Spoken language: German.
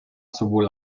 sowohl